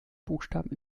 buchstaben